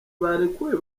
barekuwe